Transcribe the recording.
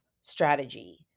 strategy